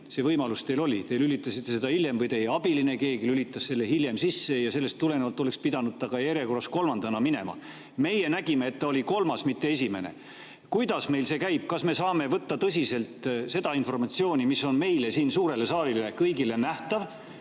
see võimalus teil oli. Te lülitasite selle sisse hiljem või teie abiline, keegi lülitas selle hiljem sisse ja sellest tulenevalt oleks pidanud ta ka järjekorras kolmandana pulti minema. Meie nägime, et ta oli kolmas, mitte esimene. Kuidas meil see käib? Kas me saame võtta tõsiselt seda informatsiooni, mis on meile siin suurele saalile kõigile nähtav,